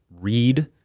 read